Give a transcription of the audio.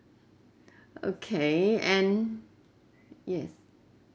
okay and yes